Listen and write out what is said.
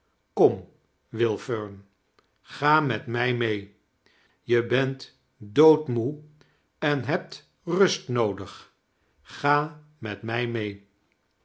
kom will eern ga met mij mee je bent doodmoe en hebt rust noodig ga met mij mee